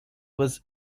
was